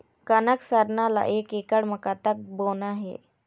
कनक सरना ला एक एकड़ म कतक बोना हे?